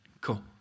Cool